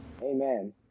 Amen